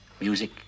music